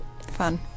fun